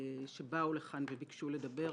שבאו לכאן וביקשו לדבר.